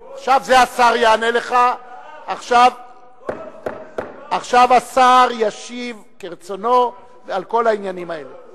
כל חודש 4%. עכשיו השר ישיב כרצונו על כל העניינים האלה.